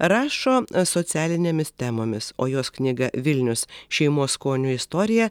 rašo socialinėmis temomis o jos knyga vilnius šeimos skonių istorija